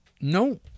No